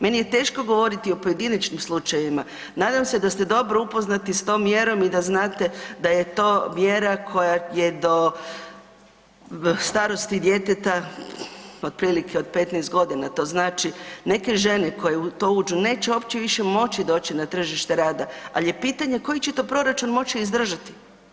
Meni je teško govoriti o pojedinačnim slučajevima, nadam se da ste dobro upoznati s tom mjerom i da znate da je to mjera koja je do starosti djeteta otprilike od 15 godina, to znači neke žene koje u to uđu neće opće više moći doći na tržište rada, al' je pitanje koji će to proračun moći izdržati?